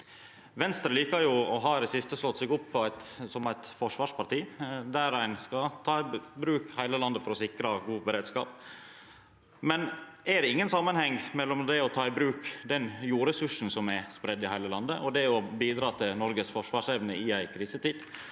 Venstre har i det siste slått seg opp som eit forsvarsparti, og ein skal ta i bruk heile landet for å sikra god beredskap. Likevel: Er det ingen samanheng mellom det å ta i bruk den jordresursen som er spreidd i heile landet, og det å bidra til Noregs forsvarsevne i ei krisetid,